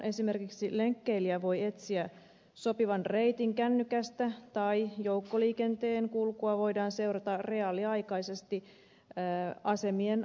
esimerkiksi lenkkeilijä voi etsiä sopivan reitin kännykästä tai joukkoliikenteen kulkua voidaan seurata reaaliaikaisesti asemien opastetauluilta